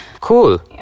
Cool